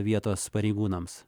vietos pareigūnams